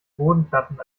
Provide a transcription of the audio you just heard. bodenplatten